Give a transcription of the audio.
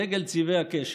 דגל צבעי הקשת.